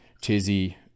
Tizzy